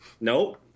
Nope